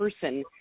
person